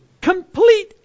complete